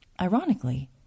Ironically